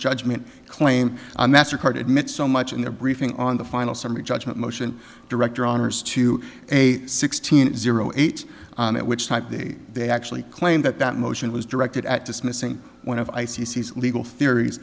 judgment claim on mastercard admit so much in their briefing on the final summary judgment motion director honors to a sixteen zero eight on it which type they they actually claim that that motion was directed at dismissing one of i c c legal theories